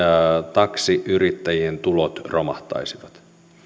taksiyrittäjien tulot romahtaisivat